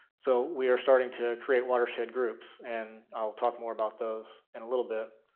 so, we are starting to create watershed groups, and i'll talk more about those in a little bit,